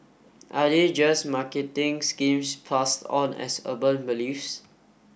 are they just marketing schemes passed on as urban beliefs